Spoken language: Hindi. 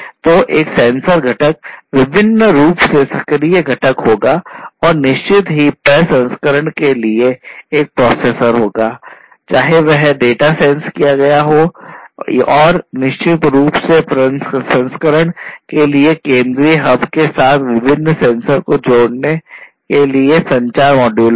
तो एक सेंसर घटक वैकल्पिक रूप से एक सक्रिय घटक होगा और निश्चित ही प्रसंस्करण के लिए एक प्रोसेसर होगा चाहे वह डेटा सेंस किया गया हो और निश्चित रूप से प्रसंस्करण के लिए केंद्रीय हब के साथ विभिन्न सेंसर को जोड़ने के लिए संचार मॉड्यूल होगा